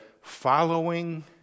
following